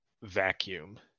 vacuum